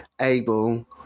able